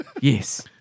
Yes